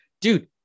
dude